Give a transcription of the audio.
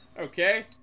Okay